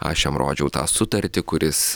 aš jam rodžiau tą sutartį kur jis